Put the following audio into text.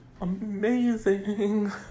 amazing